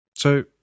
So